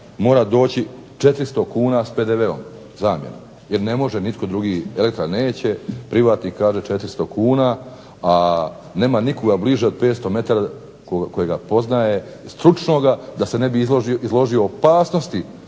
mora doći 400 kuna s PDV-om jer ne može nitko drugi, Elektra neće, privatnik traži 400 kuna a nema nikoga bliže od 500 metara kojega poznaje stručnoga da se ne bi izložio opasnosti